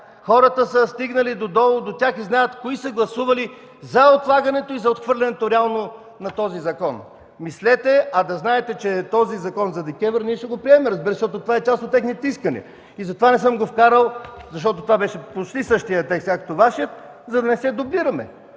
Хората са стигнали до долу, до тях и знаят кои са гласували за отлагането и за отхвърлянето реално на този закон. Мислете! Да знаете, че този закон за ДКЕВР ние ще го приемем, разбира се, защото е част от техните искания! Затова не съм го внесъл, защото това беше почти същият текст, както Вашият, за да не се дублираме.